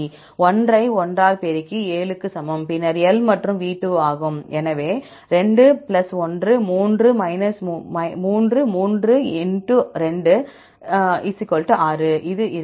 எனவே 1 ஐ 1 ஆல் பெருக்கி 7 க்கு சமம் பின்னர் L மற்றும் V 2 ஆகும் எனவே 2 1 3 3 × 2 6 இது இருக்கும்